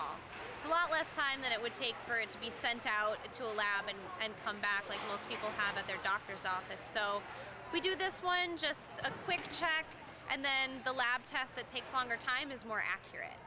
our lot less time than it would take for him to be sent out to allow me and come back like most people have at their doctor's office so we do this one just a quick check and then the lab test that takes longer time is more accurate